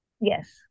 Yes